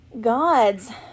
God's